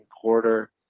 quarter